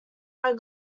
are